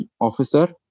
officer